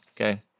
okay